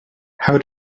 how